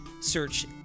search